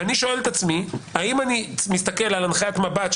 ואני שואל את עצמי: האם אני מסתכל על הנחיית נב"ת,